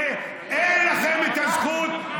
אין לכם את הזכות.